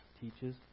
teaches